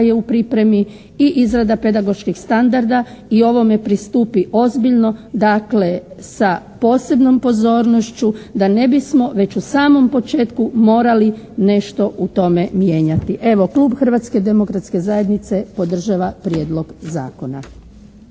je u pripremi i izrada pedagoških standarda i ovome pristupi ozbiljno, dakle sa posebnom pozornošću da ne bismo već u samom početku morali nešto u tome mijenjati. Evo, klub Hrvatske demokratske zajednice podržava prijedlog zakona.